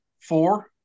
four